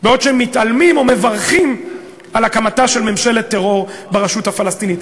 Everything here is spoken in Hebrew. בעוד הם מתעלמים ומברכים על הקמתה של ממשלת טרור ברשות הפלסטינית.